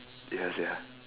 yeah sia